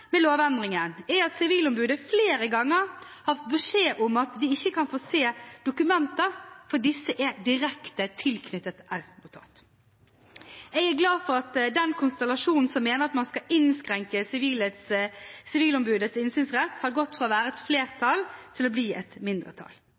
med lovendringen, er at Sivilombudet flere ganger har fått beskjed om at de ikke kan få se dokumenter fordi disse er direkte tilknyttet et r-notat. Jeg er glad for at den konstellasjonen som mener at man skal innskrenke Sivilombudets innsynsrett, har gått fra å være et